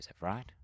right